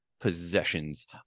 possessions